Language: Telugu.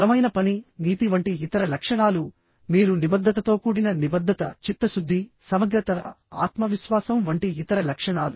బలమైన పని నీతి వంటి ఇతర లక్షణాలుమీరు నిబద్ధతతో కూడిన నిబద్ధత చిత్తశుద్ధి సమగ్రత ఆత్మవిశ్వాసం వంటి ఇతర లక్షణాలు